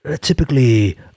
typically